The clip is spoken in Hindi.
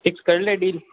फिक्स कर लें डील